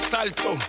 Salto